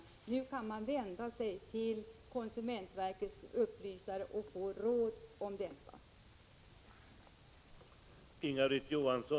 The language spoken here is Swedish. Nu kan de vända sig till konsumentverkets upplysare och få råd om detta härvidlag.